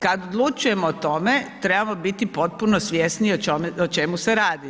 Kad odlučujemo o tome, trebamo biti potpuno svjesni o čemu se radi.